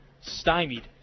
stymied